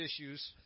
issues